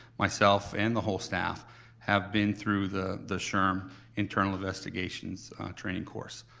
myself and the whole staff have been through the the shrm internal investigations training course.